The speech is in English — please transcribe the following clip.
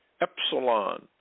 Epsilon